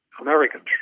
Americans